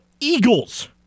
Eagles